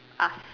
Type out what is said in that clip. ask